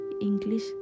English